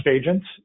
agents